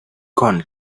con